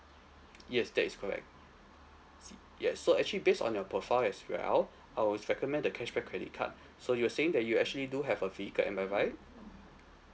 yes that is correct c~ yes so actually based on your profile as well I would recommend the cashback credit card so you were saying that you actually do have a vehicle am I right